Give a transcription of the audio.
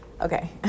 Okay